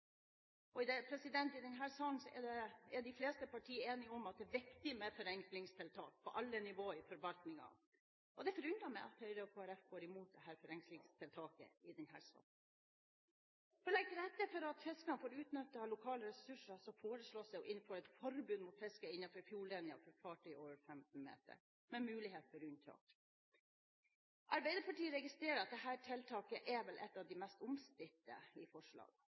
I denne salen er de fleste partier enige om at det er viktig med forenklingstiltak på alle nivå i forvaltningen. Det forundrer meg at Høyre og Kristelig Folkeparti går imot dette forenklingstiltaket i denne saken. For å legge til rette for at fiskere får utnyttet lokale ressurser, foreslås det å innføre et forbud mot fiske innenfor fjordlinjen for fartøy over 15 meter, med muligheter for unntak. Arbeiderpartiet registrerer at dette tiltaket vel er et av de mest omstridte, men er enig i